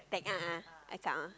tag a'ah account